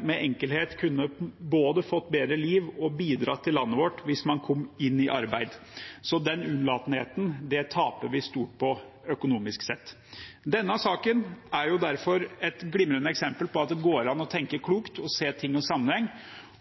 med enkelhet både ville kunne fått et bedre liv og bidratt til landet vårt hvis de kom i arbeid. Så den unnlatelsen taper vi stort på økonomisk sett. Denne saken er derfor et glimrende eksempel på at det går an å tenke klokt og se ting i sammenheng,